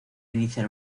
iniciar